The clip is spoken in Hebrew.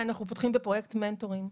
אנחנו פותחים בפרויקט מנטרוינג,